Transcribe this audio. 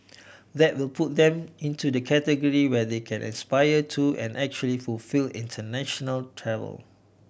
that will put them into the category where they can aspire to and actually fulfil international travel